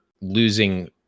losing